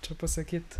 čia pasakyt